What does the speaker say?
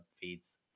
feeds